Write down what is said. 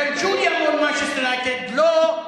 דווקא "ג'לג'וליה" מול "מנצ'סטר יונייטד" ולא,